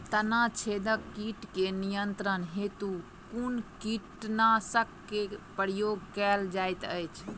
तना छेदक कीट केँ नियंत्रण हेतु कुन कीटनासक केँ प्रयोग कैल जाइत अछि?